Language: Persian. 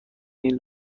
این